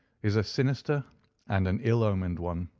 is a sinister and an ill-omened one.